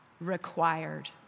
required